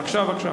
בבקשה.